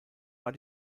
war